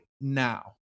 now